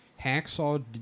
hacksaw